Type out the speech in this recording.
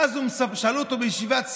ואז שאלו אותו בישיבת סיעה,